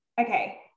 okay